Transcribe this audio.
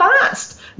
fast